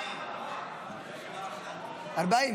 איך 40?